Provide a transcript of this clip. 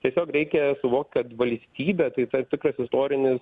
tiesiog reikia suvokt kad valstybė tai tam tikras istorinis